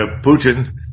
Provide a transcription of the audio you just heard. Putin